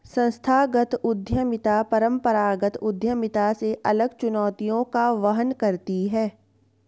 संस्थागत उद्यमिता परंपरागत उद्यमिता से अलग चुनौतियों का वहन करती है